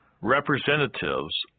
representatives